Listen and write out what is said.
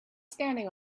standing